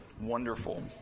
wonderful